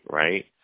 right